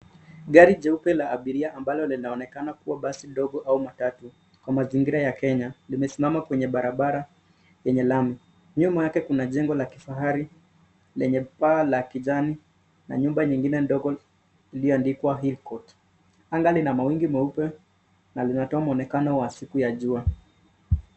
Gari jeupe la abiria ambalo linaonekana kuwa basi ndogo au matatu kwa mazingira ya Kenya limesimama kwenye barabara yenye lami. Nyuma yake kuna jengo la kifahari lenye paa la kijani na nyumbani nyingine ndogo iliyoandikwa Hill Court. Anga lina mawingu meupe na linatoa mwonekana wa siku ya jua.